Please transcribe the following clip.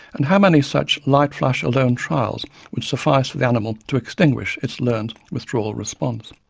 and how many such light-flash alone trials would suffice for the animal to extinguish its learnt, withdrawal response.